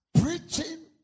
preaching